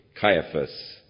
Caiaphas